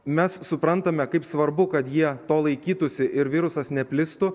mes suprantame kaip svarbu kad jie to laikytųsi ir virusas neplistų